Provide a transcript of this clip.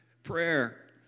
Prayer